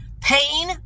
Pain